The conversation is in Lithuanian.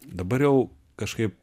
dabar jau kažkaip